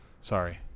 sorry